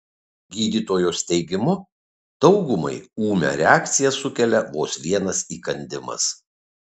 gydytojos teigimu daugumai ūmią reakciją sukelia vos vienas įkandimas